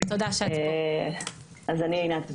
אז אני עינת וייס,